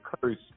cursed